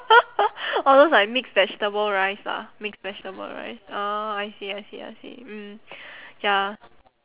all those like mixed vegetable rice ah mixed vegetable rice orh I see I see I see mm ya